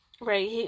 Right